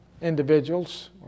individuals